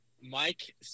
Mike